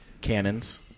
Cannons